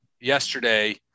yesterday